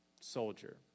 soldier